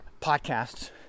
podcasts